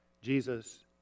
Jesus